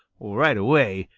right away,